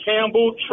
Campbell